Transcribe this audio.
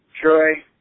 Troy